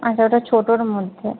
আচ্ছা ওটা ছোটোর মধ্যে